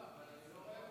לא, אבל אני לא ראיתי,